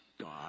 God